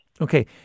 Okay